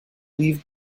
leave